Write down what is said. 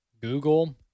Google